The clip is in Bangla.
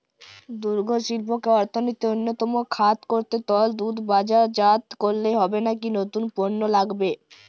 দুগ্ধশিল্পকে অর্থনীতির অন্যতম খাত করতে তরল দুধ বাজারজাত করলেই হবে নাকি নতুন পণ্য লাগবে?